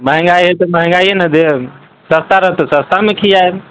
महँगाइ हइ तऽ महँगाइ ने देब सस्ता रहत तऽ सस्तामे खिआएब